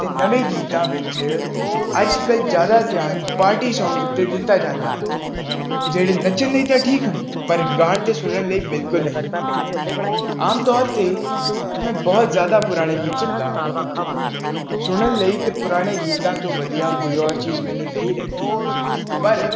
ਅਤੇ ਨਵੇਂ ਗੀਤਾਂ ਵਿੱਚ ਅੱਜ ਕੱਲ੍ਹ ਜ਼ਿਆਦਾ ਧਿਆਨ ਪਾਰਟੀ ਸੌਂਗਜ਼ ਉੱਤੇ ਦਿੱਤਾ ਜਾਂਦਾ ਹੈ ਜਿਹੜੇ ਨੱਚਣ ਲਈ ਤਾਂ ਠੀਕ ਹਨ ਪਰ ਗਾਉਣ ਅਤੇ ਸੁਣਨ ਲਈ ਬਿਲਕੁਲ ਨਹੀਂ ਆਮ ਤੌਰ 'ਤੇ ਮੈਂ ਬਹੁਤ ਜ਼ਿਆਦਾ ਪੁਰਾਣੇ ਗੀਤ ਸੁਣਦਾ ਹਾਂ ਸੁਣਨ ਲਈ ਤਾਂ ਪੁਰਾਣੇ ਗੀਤਾਂ ਤੋਂ ਵਧੀਆ ਕੋਈ ਹੋਰ ਚੀਜ਼ ਮੈਨੂੰ ਨਹੀਂ ਲੱਗਦੀ ਪਰ